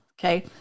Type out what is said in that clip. okay